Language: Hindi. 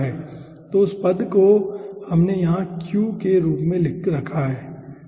तो उस पद को हमने यहाँ q के रूप में रखा है ठीक है